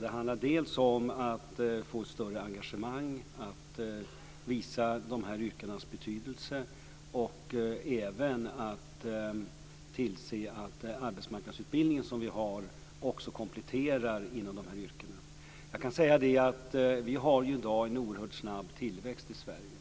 Det handlar alltså dels om att få ett större engagemang och att visa de här yrkenas betydelse, dels om att tillse att den arbetsmarknadsutbildning som vi har också kompletterar det hela när det gäller de här yrkena. Vi har i dag en oerhört snabb tillväxt i Sverige.